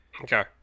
Okay